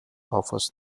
offers